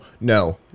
no